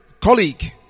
colleague